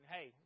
Hey